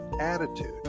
attitude